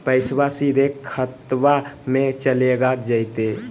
पैसाबा सीधे खतबा मे चलेगा जयते?